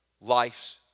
Life's